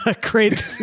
Great